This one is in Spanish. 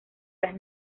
las